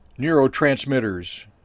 neurotransmitters